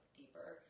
deeper